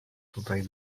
tutaj